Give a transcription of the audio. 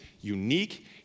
unique